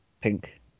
pink